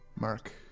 Mark